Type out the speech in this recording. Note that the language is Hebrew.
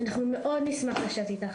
אנחנו מאוד נשמח לשבת איתך.